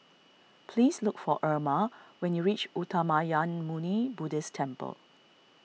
please look for Irma when you reach Uttamayanmuni Buddhist Temple